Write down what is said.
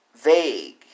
vague